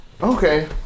Okay